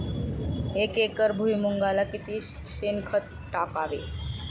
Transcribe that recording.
एक एकर भुईमुगाला किती शेणखत टाकावे?